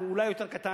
או אולי יותר כאן,